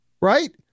Right